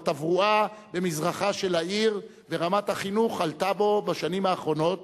ורמת התברואה במזרחה של העיר ורמת החינוך עלו בו בשנים האחרונות